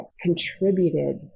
contributed